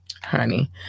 Honey